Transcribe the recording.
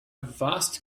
vast